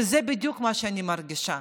וזה בדיוק מה שאני מרגישה.